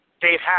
Dave